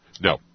No